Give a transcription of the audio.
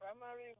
primary